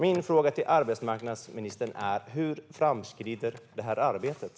Min fråga till arbetsmarknadsministern är: Hur framskrider det arbetet?